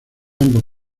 ambos